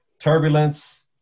Turbulence